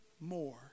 more